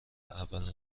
اولین